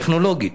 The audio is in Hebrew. טכנולוגית,